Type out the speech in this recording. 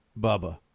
Bubba